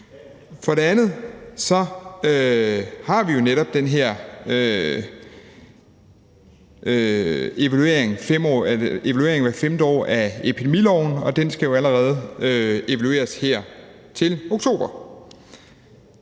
For det andet har vi jo netop den her evaluering af epidemiloven hvert femte år, og den skal jo allerede evalueres her til oktober.